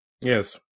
yes